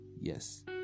yes